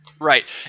Right